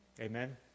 Amen